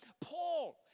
Paul